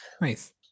nice